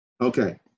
Okay